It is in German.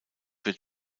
wird